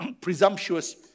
presumptuous